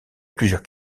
plusieurs